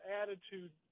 attitude